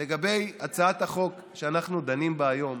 לגבי הצעת החוק שאנחנו דנים בה היום,